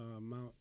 mount